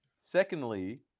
Secondly